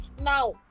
Now